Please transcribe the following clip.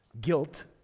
guilt